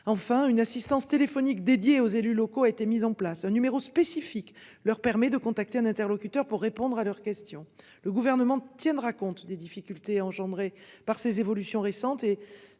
enfin une assistance téléphonique dédiée aux élus locaux a été mis en place un numéro spécifique leur permet de contacter un interlocuteur pour répondre à leurs questions. Le gouvernement tiendra compte des difficultés engendrées par ces évolutions récentes